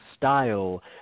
style